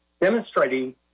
demonstrating